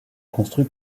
construit